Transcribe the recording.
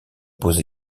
posé